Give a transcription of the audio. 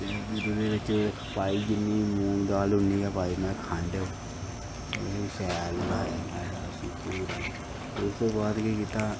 फिर ओह्दे बिच्च पाई जिन्नी मूंग दाल उन्नी गै पाई में खंड ते फ्ही शैल ल्हाया शाया उसी पूरा उसदे बाद केह् कीता